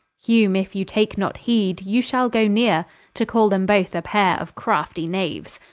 hume, if you take not heed, you shall goe neere to call them both a payre of craftie knaues.